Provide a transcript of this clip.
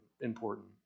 important